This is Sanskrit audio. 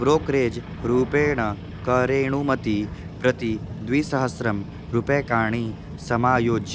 ब्रोकरेज् रूपेण करेणुमती प्रति द्विसहस्ररूप्यकाणि समायोजय